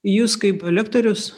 jūs kaip lektorius